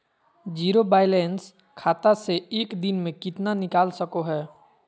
Zero balance खाता से एक दिन में कितना निकाल सको है?